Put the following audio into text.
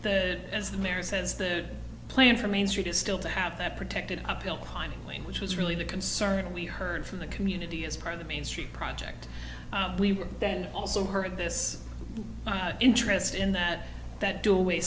the as the mayor says that plan for main street is still to have that protected uphill climb lane which was really the concern we heard from the community as part of the main street project we were then also heard this interest in that that do away